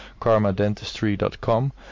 karmadentistry.com